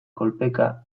kolpeka